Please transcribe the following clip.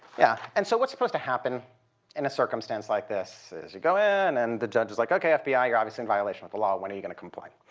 yeah. and so what's supposed to happen in a circumstance like this is you go in and the judge is like, ok, fbi, ah you're obviously in violation of the law. when are you going to comply?